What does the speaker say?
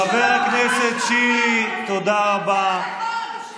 חבר הכנסת שירי, תודה רבה.